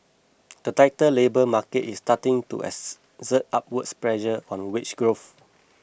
the tighter labour market is starting to exert upward pressure on wage growth